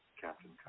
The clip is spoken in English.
Captain